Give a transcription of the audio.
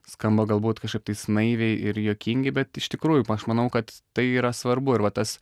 skamba galbūt kažkaip tais naiviai ir juokingi bet iš tikrųjų aš manau kad tai yra svarbu ir va tas